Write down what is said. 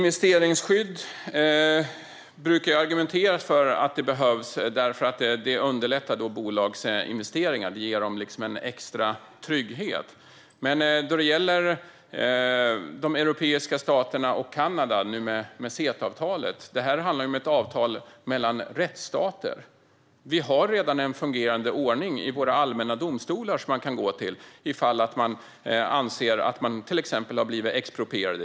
Herr talman! Man brukar argumentera för att investeringsskydd behövs för att det underlättar bolags investeringar och ger dem en extra trygghet. När det gäller CETA-avtalet mellan de europeiska staterna och Kanada handlar det om ett avtal mellan rättsstater. Vi har redan en fungerande ordning i våra allmänna domstolar som man kan gå till ifall man anser att till exempel egendom har blivit exproprierad.